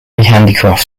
handicraft